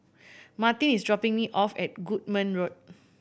Martin is dropping me off at Goodman Road